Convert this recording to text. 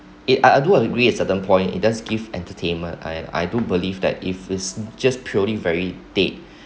it I I do agree at certain point it does give entertainment I am I do believe that if is just purely very dead